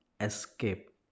escape